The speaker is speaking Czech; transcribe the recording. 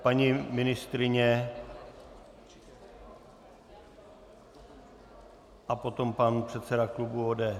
Paní ministryně a potom pan předseda klubu ODS.